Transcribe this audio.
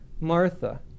Martha